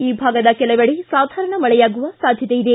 ಈ ಭಾಗದ ಕೆಲವೆಡೆ ಸಾಧಾರಣ ಮಳೆಯಾಗುವ ಸಾಧ್ಯತೆ ಇದೆ